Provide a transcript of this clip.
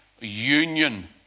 union